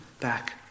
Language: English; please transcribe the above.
back